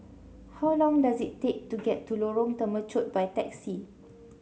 how long does it take to get to Lorong Temechut by taxi